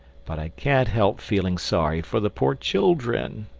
but i can't help feeling sorry for the poor children,